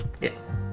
Yes